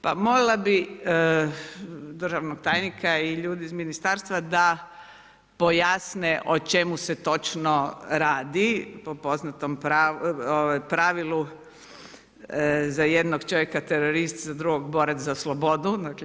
Pa molila bi državnog tajnika i ljude iz ministarstva da pojasne o čemu se točno radi, u poznatom pravilu za jednog čovjeka terorist, za drugog borac za slobodu, dakle